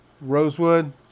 Rosewood